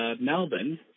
Melbourne